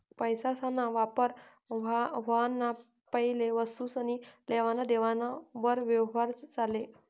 पैसासना वापर व्हवाना पैले वस्तुसनी लेवान देवान वर यवहार चाले